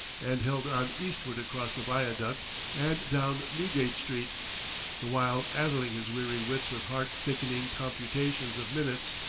and held on eastward across the viaduct and down newgate street the while addling his weary wits with heart-sickening computations of minutes,